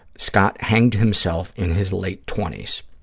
scott hanged himself in his late twenty s.